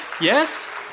Yes